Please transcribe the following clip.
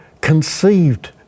conceived